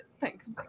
Thanks